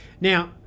Now